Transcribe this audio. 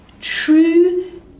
True